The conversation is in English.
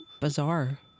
bizarre